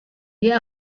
dia